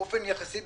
באופן יחסי,